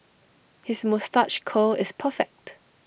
his moustache curl is perfect